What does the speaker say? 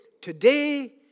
today